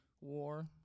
war